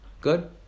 Good